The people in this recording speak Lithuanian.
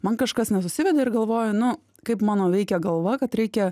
man kažkas nesusiveda ir galvoju nu kaip mano veikė galva kad reikia